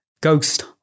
ghost